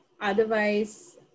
Otherwise